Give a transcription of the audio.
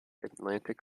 atlantic